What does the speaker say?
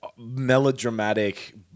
melodramatic